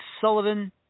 Sullivan